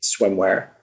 swimwear